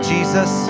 Jesus